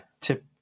Tip